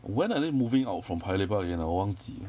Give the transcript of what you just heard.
when are they moving out from paya lebar again ah 我忘记